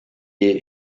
est